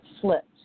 slipped